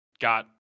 got